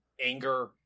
anger